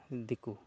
ᱫᱤᱠᱩ